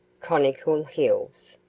conical hills.